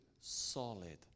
solid